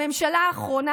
בממשלה האחרונה,